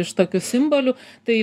iš tokių simbolių tai